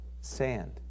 sand